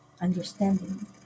understanding